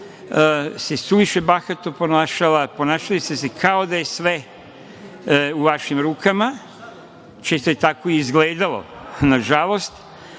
se suviše bahato ponašala, ponašali ste se kao da je sve u vašim rukama, to je tako izgledalo, na žalost.